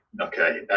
Okay